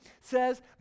says